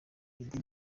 eddie